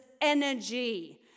energy